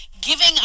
giving